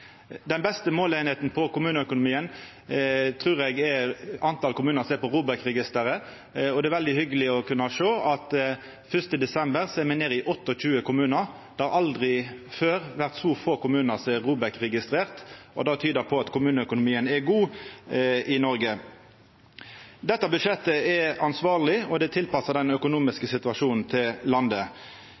Den beste måleininga for kommuneøkonomien trur eg er talet på kommunar som er i ROBEK-registeret, og det er veldig hyggeleg å kunna sjå at me per 1. desember er nede i 28 kommunar. Det har aldri før vore så få kommunar som er ROBEK-registrerte, og det tydar på at kommuneøkonomien er god i Noreg. Dette budsjettet er ansvarleg, og det er tilpassa den økonomiske situasjonen i landet.